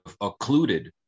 occluded